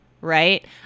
right